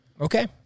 Okay